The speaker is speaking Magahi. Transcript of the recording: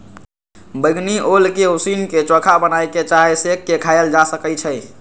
बइगनी ओल के उसीन क, चोखा बना कऽ चाहे सेंक के खायल जा सकइ छै